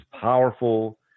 powerful